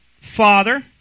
father